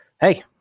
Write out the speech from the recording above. hey